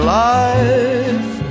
life